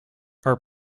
are